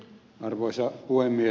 arvoisa puhemies